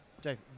Dave